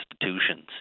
institutions